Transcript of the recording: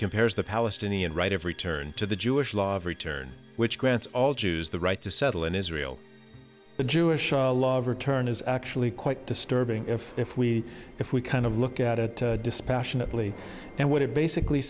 compares the palestinian right of return to the jewish law of return which grants all jews the right to settle in israel the jewish law of return is actually quite disturbing if if we if we kind of look at it dispassionately and what it basically